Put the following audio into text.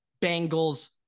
Bengals